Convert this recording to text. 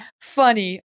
funny